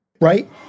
right